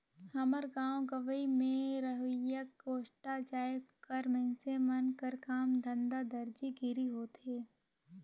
हमर गाँव गंवई में रहोइया कोस्टा जाएत कर मइनसे मन कर काम धंधा दरजी गिरी होथे